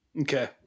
Okay